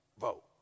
vote